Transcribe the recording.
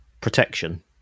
protection